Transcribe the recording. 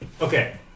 Okay